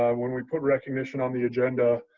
um when we put recognition on the agenda,